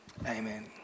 Amen